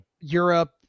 Europe